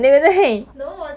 ya lah true